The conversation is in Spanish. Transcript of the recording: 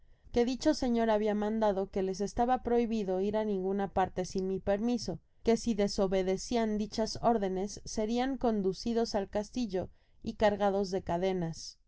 que dicho señor habia mandado que les estaba prohibido ir á ninguna parte sin mi permiso que si desobedecian dichas órdenes serian conducidos al castillo y cargados de